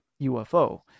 UFO